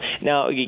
Now